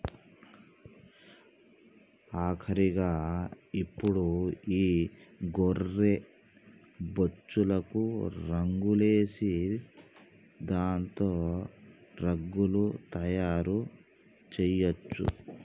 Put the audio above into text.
ఆఖరిగా ఇప్పుడు ఈ గొర్రె బొచ్చులకు రంగులేసి దాంతో రగ్గులు తయారు చేయొచ్చు